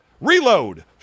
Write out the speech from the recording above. Reload